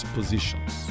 Positions